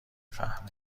فهمه